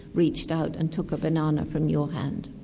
reached out and took a banana from your hand.